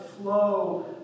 flow